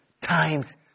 times